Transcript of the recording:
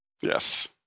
Yes